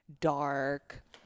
dark